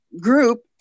group